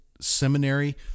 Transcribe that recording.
seminary